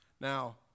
Now